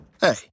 Hey